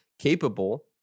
capable